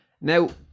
now